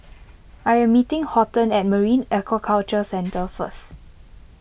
I am meeting Horton at Marine Aquaculture Centre first